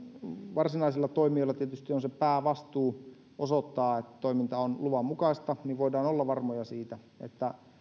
varsinaisilla toimijoilla tietysti on se päävastuu osoittaa että toiminta on luvan mukaista niin voidaan olla varmoja siitä että